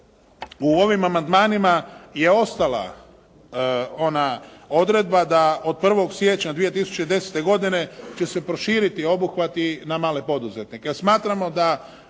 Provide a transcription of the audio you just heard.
u ovim amandmanima je ostala ona odredba da od 1. siječnja 2010. godine će se proširiti obuhvati na male poduzetnike, jer smatramo da